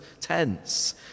tense